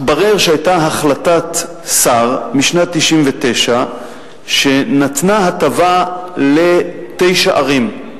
התברר שהיתה החלטת שר משנת 1999 שנתנה הטבה לתשע ערים.